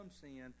sin